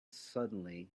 suddenly